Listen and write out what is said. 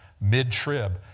mid-trib